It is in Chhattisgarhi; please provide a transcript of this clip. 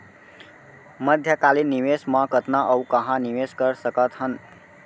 मध्यकालीन निवेश म कतना अऊ कहाँ निवेश कर सकत हन?